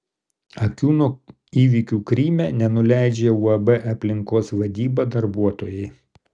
akių nuo įvykių kryme nenuleidžia uab aplinkos vadyba darbuotojai